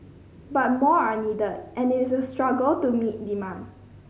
but more are needed and it is a struggle to meet demand